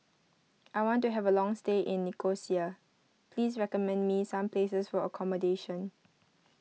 I want to have a long stay in Nicosia Please recommend me some places for accommodation